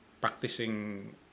practicing